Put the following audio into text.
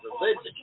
religion